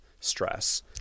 stress